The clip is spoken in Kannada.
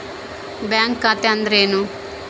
ಬ್ಯಾಂಕ್ ಖಾತೆ ಅಂದರೆ ಏನು?